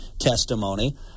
testimony